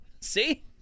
see